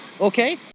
okay